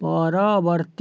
ପରବର୍ତ୍ତୀ